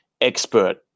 expert